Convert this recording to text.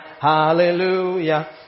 Hallelujah